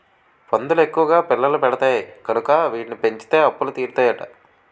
పందులు ఎక్కువ పిల్లల్ని పెడతాయి కనుక వీటిని పెంచితే అప్పులు తీరుతాయట